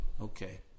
Okay